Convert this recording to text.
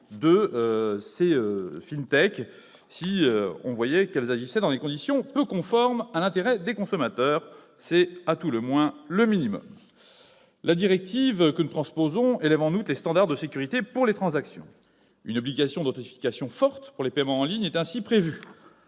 de qui, dans un autre pays, agiraient dans des conditions peu conformes à l'intérêt des consommateurs. C'est le minimum ! La directive que nous transposons élève, en outre, les standards de sécurité pour les transactions. Une obligation d'authentification forte pour les paiements en ligne est ainsi prévue,